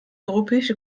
europäische